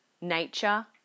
nature